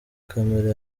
camera